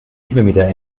kilometer